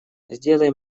сделай